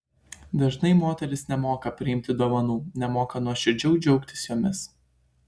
dažnai moterys nemoka priimti dovanų nemoka nuoširdžiau džiaugtis jomis